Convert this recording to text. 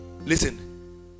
listen